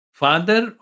father